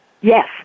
Yes